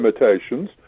limitations